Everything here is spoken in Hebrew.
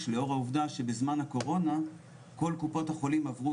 לאור העובדה שבזמן הקורונה כל קופות החולים עברו